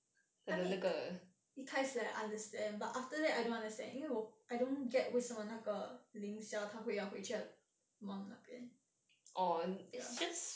I mean 一开始 I understand but after that I don't understand 因为我 I don't get 为什么那个 ling xiao 他会要回去他的那边 mom 那边 ya